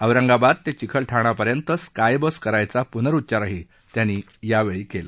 औरंगाबाद ते चिकलठाणापर्यंत sky bus करण्याचा पूनरुउच्चारही त्यांनी यावेळी केला